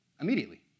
Immediately